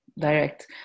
direct